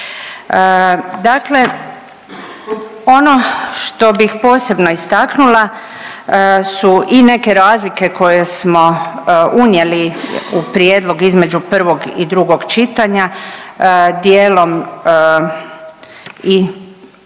Dakle ono što bih posebno istaknula su i neke razlike koje smo unijeli u prijedlog između prvog i drugog čitanja, dijelom i